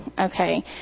okay